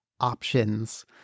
options